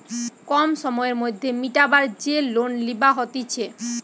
কম সময়ের মধ্যে মিটাবার যে লোন লিবা হতিছে